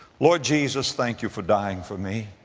lord jesus, thank you for dying for me.